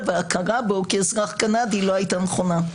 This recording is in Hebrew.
וההכרה בו כאזרח קנדי לא הייתה נכונה.